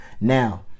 Now